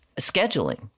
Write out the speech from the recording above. scheduling